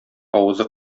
авызы